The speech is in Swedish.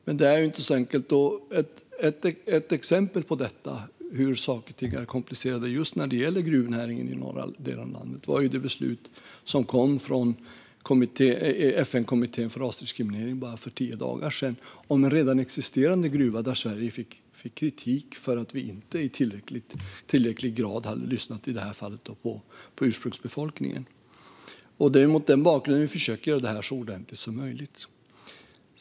Men det är inte så enkelt. Ett exempel på hur komplicerade saker och ting är när det gäller gruvnäringen i norra delen av landet är det beslut som kom från FN:s kommitté mot rasdiskriminering bara för tio dagar sedan om en redan existerande gruva. Där fick Sverige kritik för att vi inte i tillräcklig grad hade lyssnat på ursprungsbefolkningen i det här fallet. Det är mot den bakgrunden vi försöker göra detta så ordentligt som möjligt.